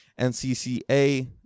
NCCA